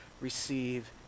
receive